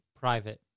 private